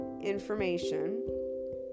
information